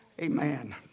Amen